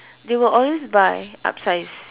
they will always buy upsize